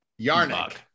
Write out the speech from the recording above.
Yarnock